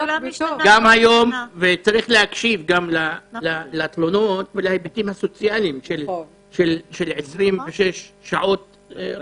צריך להקשיב גם לתלונות ולהיבטים הסוציאליים של 26 שעות.